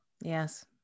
Yes